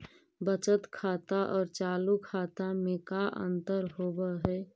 बचत खाता और चालु खाता में का अंतर होव हइ?